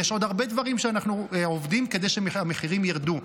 יש עוד הרבה דברים שאנחנו עובדים עליהם כדי שהמחירים ירדו,